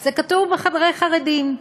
זה כתוב ב"בחדרי חרדים".